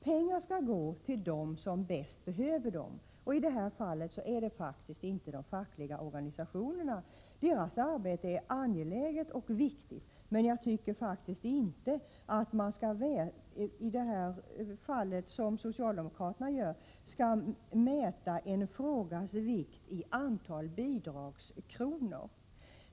Pengar skall gå till dem som bäst behöver medlen. I detta fall är det faktiskt inte de fackliga organisationerna. Deras arbete är angeläget och viktigt, men jag tycker faktiskt inte att man i detta fall skall, som socialdemokraterna gör, mäta en frågas vikt i antal bidragskronor.